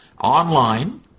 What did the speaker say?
online